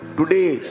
today